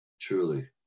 truly